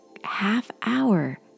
half-hour